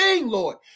Lord